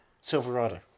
Silverado